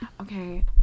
Okay